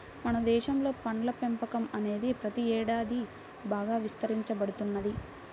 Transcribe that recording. మన దేశంలో పండ్ల పెంపకం అనేది ప్రతి ఏడాది బాగా విస్తరించబడుతున్నది